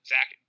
Zach